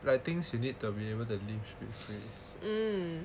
like things you need to be able to live is free